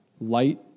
light